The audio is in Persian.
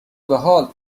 بحال